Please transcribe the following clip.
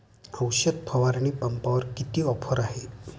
औषध फवारणी पंपावर किती ऑफर आहे?